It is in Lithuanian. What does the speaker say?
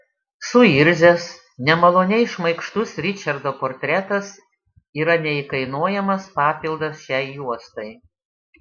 suirzęs nemaloniai šmaikštus ričardo portretas yra neįkainojamas papildas šiai juostai